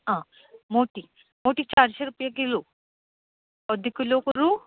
आं मोठीं मोठीं चारशीं रुपया किलो अर्द किलो करूं